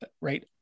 right